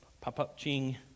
pop-up-ching